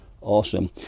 awesome